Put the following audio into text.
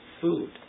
food